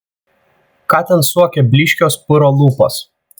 ką ten suokia blyškios puro lūpos